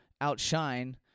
outshine